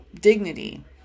dignity